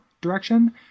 direction